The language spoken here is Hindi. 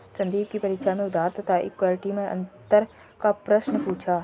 संदीप की परीक्षा में उधार तथा इक्विटी मैं अंतर का प्रश्न पूछा